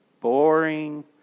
boring